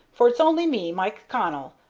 for it's only me, mike connell,